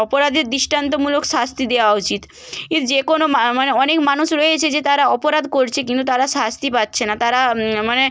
অপরাধীর দৃষ্টান্তমূলক শাস্তি দেওয়া উচিত এর যে কোনো মা মানে অনেক মানুষ রয়েছে যে তারা অপরাধ করছে কিন্তু তারা শাস্তি পাচ্ছে না তারা মানে